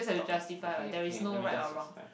talk okay okay let me just expect